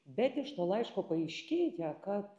bet iš to laiško paaiškėja kad